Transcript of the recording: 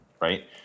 right